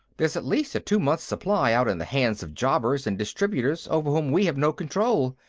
there's at least a two months' supply out in the hands of jobbers and distributors over whom we have no control.